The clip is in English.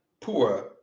poor